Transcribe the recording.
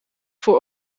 voor